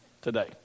today